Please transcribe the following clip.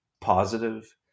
positive